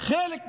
חלק מהם,